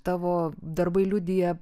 tavo darbai liudija